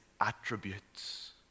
attributes